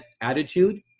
attitude